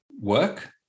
work